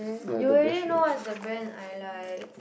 you really know what's the best I like